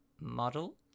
model